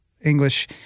english